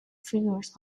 figures